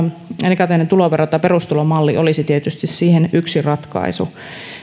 negatiivinen tulovero tai perustulomalli olisi tietysti siihen yksi ratkaisu